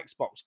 Xbox